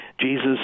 jesus